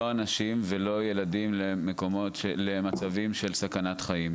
לא אנשים ולא ילדים למצבים של סכנת חיים.